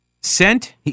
sent